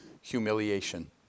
humiliation